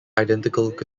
identical